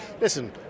listen